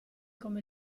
come